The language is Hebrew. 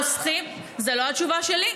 זו לא התשובה שלי,